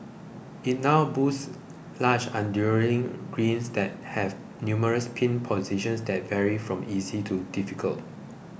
it now boasts large greens that have numerous pin positions that vary from easy to difficult